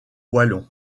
wallons